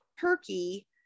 turkey